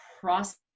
process